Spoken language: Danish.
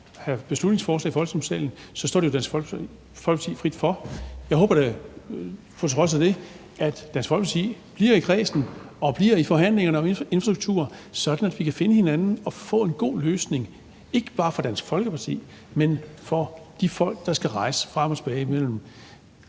og have beslutningsforslag i Folketingssalen, står det Dansk Folkeparti frit for. Jeg håber da på trods af det, at Dansk Folkeparti bliver i kredsen og bliver i forhandlingerne om infrastrukturen, sådan at vi kan finde hinanden og få en god løsning, ikke bare for Dansk Folkeparti, men også for de folk, der skal rejse frem og tilbage mellem